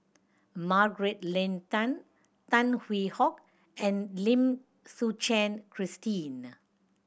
Margaret Leng Tan Tan Hwee Hock and Lim Suchen Christine